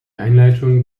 einleitung